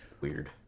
Weird